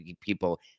people